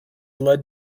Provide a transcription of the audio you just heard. led